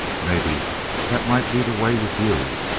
maybe that might be the way with you.